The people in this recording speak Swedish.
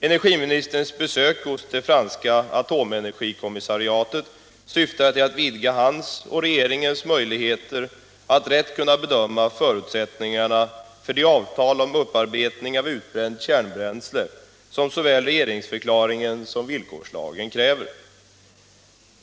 Energiministerns besök hos det franska atomenergikommissariatet syftade till att vidga hans och regeringens möjligheter att rätt bedöma förutsättningarna för de avtal om upparbetning av utbränt kärnbränsle som såväl regeringsförklaringen som villkorslagen kräver.